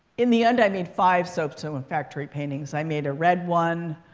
in the end, i made five soapstone factory paintings. i made a red one.